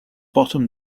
bottom